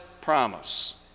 promise